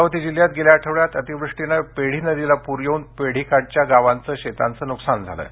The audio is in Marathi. अमरावती जिल्ह्यात गेल्या आठवड्यात अतिवृष्टीने पेढी नदीला पूर येऊन पेढीकाठच्या गावांचे शेतांचे नुकसान झाले आहे